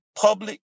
public